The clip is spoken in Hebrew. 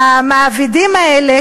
המעבידים האלה,